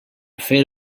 fer